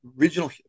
original